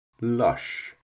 Lush